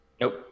Nope